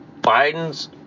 Biden's